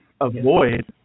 Avoid